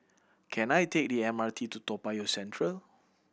can I take the M R T to Toa Payoh Central